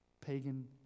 pagan